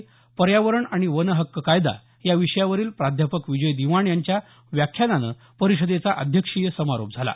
पर्यावरण आणि वन हक्क कायदा या विषयावरील प्राध्यापक विजय दिवाण यांच्या व्याखानानं परिषदेचा अध्यक्षीय समारोप झाला